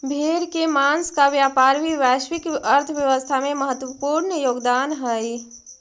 भेड़ के माँस का व्यापार भी वैश्विक अर्थव्यवस्था में महत्त्वपूर्ण योगदान हई